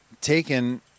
taken